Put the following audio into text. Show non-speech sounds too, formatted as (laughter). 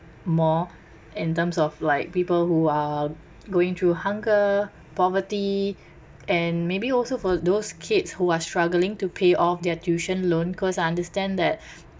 more in terms of like people who are going through hunger poverty and maybe also for those kids who are struggling to pay off their tuition loan cause I understand that (breath)